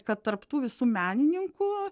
kad tarp tų visų menininkų